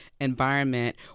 environment